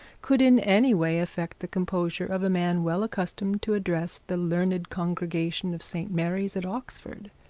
could in any way affect the composure of a man well accustomed to address the learned congregations of st mary's at oxford,